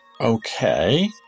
Okay